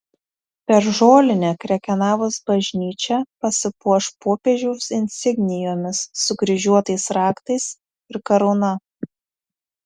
per žolinę krekenavos bažnyčia pasipuoš popiežiaus insignijomis sukryžiuotais raktais ir karūna